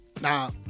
Now